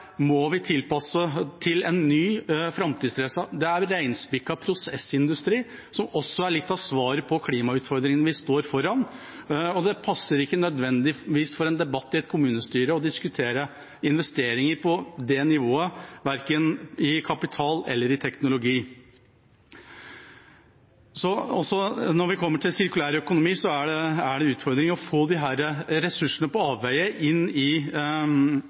må vi tilpasse til det nye og framtidsrettede. Det er reinspikka prosessindustri som også er litt av svaret på klimautfordringene vi står overfor. Det passer ikke nødvendigvis for en debatt i et kommunestyre å diskutere investeringer på det nivået, verken når det gjelder kapital eller teknologi. Når det gjelder sirkulær økonomi, er det utfordringer med å få ressursene som er på avveier, i